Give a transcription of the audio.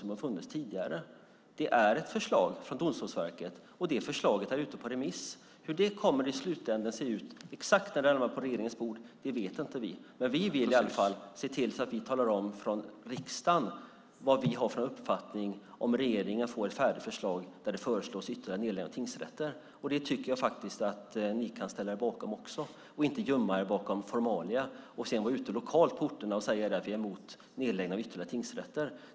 Det finns ett förslag från Domstolsverket, och det är ute på remiss. Hur förslaget exakt kommer att se ut när det hamnar på regeringens bord vet vi inte. Men vi vill att riksdagen ska tala om sin uppfattning om regeringen får ett färdigt förslag där det föreslås ytterligare nedläggningar av tingsrätter. Jag tycker att ni kan ställa er bakom detta och inte gömma er bakom formalia för att sedan lokalt på orterna säga att ni är emot nedläggningar av ytterligare tingsrätter.